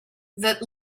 that